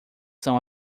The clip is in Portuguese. são